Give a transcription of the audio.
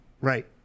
Right